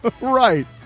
Right